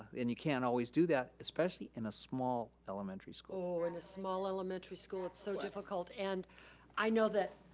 and you can't always do that especially in a small elementary school. oh, in a small elementary school. it's so difficult and i know that.